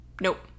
nope